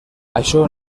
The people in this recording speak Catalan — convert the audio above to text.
això